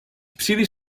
příliš